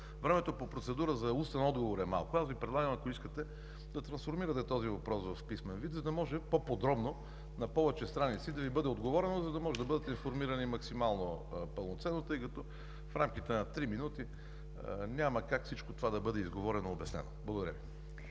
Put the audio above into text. времето по процедура за устен отговор е малко, Ви предлагам, ако искате, да трансформирате този въпрос в писмен вид, за да може по-подробно, на повече страници да Ви бъде отговорено, за да може да бъдете информирани максимално пълноценно. В рамките на три минути няма как всичко това да бъде изговорено и обяснено. Благодаря.